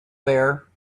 there